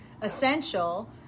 essential